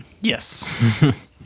Yes